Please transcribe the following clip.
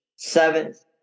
Seventh